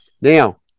Now